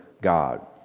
God